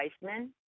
Weissman